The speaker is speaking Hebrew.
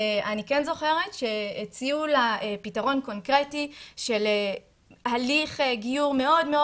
אני כן זוכרת שהציעו לה פתרון קונקרטי של הליך גיור מאוד מאוד